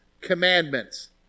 commandments